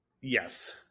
Yes